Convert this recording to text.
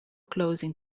closing